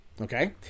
okay